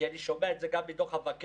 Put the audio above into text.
כי אני שומע את זה גם מדוח המבקר.